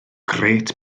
grêt